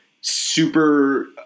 super